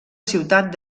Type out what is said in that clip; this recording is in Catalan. ciutat